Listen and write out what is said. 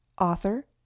author